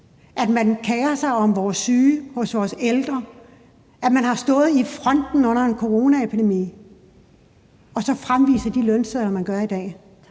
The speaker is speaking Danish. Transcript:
når man kerer sig om vores syge og om vores ældre, når man har stået i fronten under en coronaepidemi og så fremviser de lønsedler, som man gør i dag,